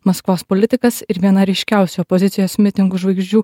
maskvos politikas ir viena ryškiausių opozicijos mitingų žvaigždžių